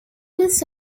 was